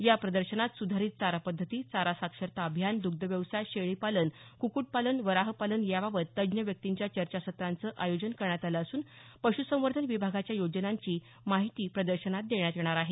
या प्रदर्शनात सुधारीत चारा पध्दती चारा साक्षरता अभियान दग्धव्यवसाय शेळीपालन कुक्कटपालन वराहपालन याबाबत तज्ज्ञ व्यक्तींच्या चर्चासत्रांचं आयोजन करण्यात आलं असून पश्संवर्धन विभागाच्या योजनांची माहिती प्रदर्शनात देण्यात येणार आहे